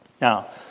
Now